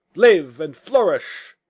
live, and flourish!